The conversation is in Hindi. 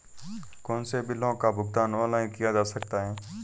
कौनसे बिलों का भुगतान ऑनलाइन किया जा सकता है?